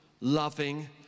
loving